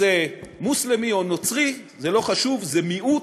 מוסלמי או נוצרי, זה לא חשוב, זה מיעוט.